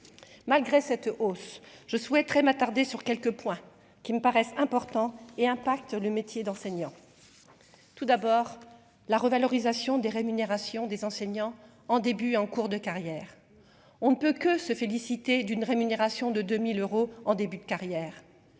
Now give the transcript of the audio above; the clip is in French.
malgré cette hausse, je souhaiterais m'attarder sur quelques points qui me paraissent importants et impacte le métier d'enseignant tout d'abord, la revalorisation des rémunérations des enseignants en début et en cours de carrière, on ne peut que se féliciter d'une rémunération de 2000 euros en début de carrière,